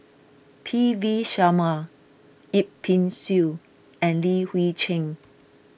P V Sharma Yip Pin Xiu and Li Hui Cheng